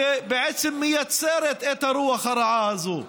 שבעצם מייצרת את הרוח הרעה הזאת.